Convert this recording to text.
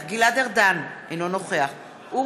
אינו נוכח גלעד ארדן,